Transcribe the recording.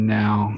now